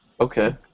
okay